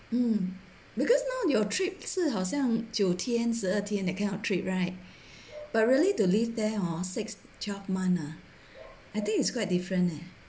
mm because now your trip 是好像九天十二天 that kind of trip right but really to live there hor six twelve months ah I think it's quite different eh